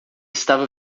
estava